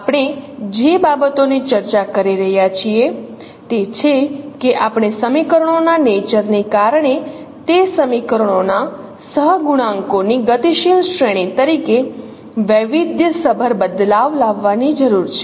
આપણે જે બાબતોની ચર્ચા કરી રહ્યા છીએ તે છે કે આપણે સમીકરણોના નેચર ને કારણે તે સમીકરણોના સહગુણાંકોની ગતિશીલ શ્રેણી તરીકે વૈવિધ્યસભર બદલાવ લાવવાની જરૂર છે